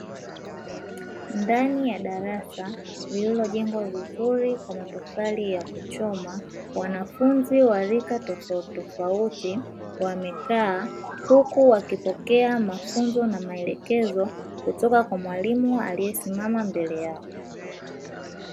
Ndani ya darasa lililojengwa vizuri kwa matofali ya kuchoma, wanafunzi wa rika tofautitofauti wamekaa huku wakipokea mafunzo na maelekezo kutoka kwa mwalimu aliyesimama mbele yao.